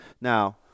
Now